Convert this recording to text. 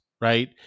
Right